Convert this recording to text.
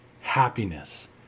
Happiness